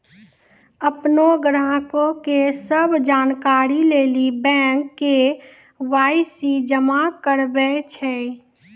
अपनो ग्राहको के सभ जानकारी लेली बैंक के.वाई.सी जमा कराबै छै